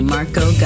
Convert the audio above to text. Marco